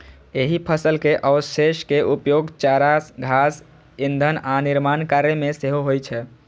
एहि फसल के अवशेष के उपयोग चारा, घास, ईंधन आ निर्माण कार्य मे सेहो होइ छै